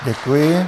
Děkuji.